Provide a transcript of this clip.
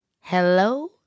Hello